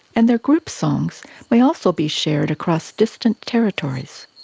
and their group songs may also be shared across distant territories.